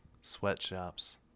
Sweatshops